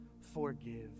forgive